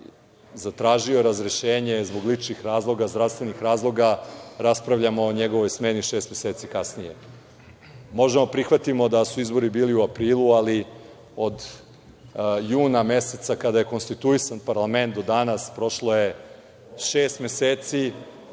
zatražio razrešenje zbog ličnih razloga, zdravstvenih razloga, raspravljamo o njegovoj smeni šest meseci kasnije. Možemo da prihvatimo da su izbori bili u aprilu, ali od juna meseca kada je konstituisan parlament do danas, prošlo je šest meseci